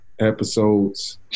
episodes